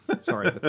sorry